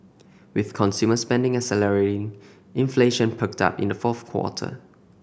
with consumer spending accelerating inflation perked up in the fourth quarter